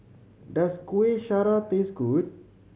does Kuih Syara taste good